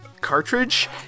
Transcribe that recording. cartridge